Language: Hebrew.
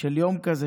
של יום כזה,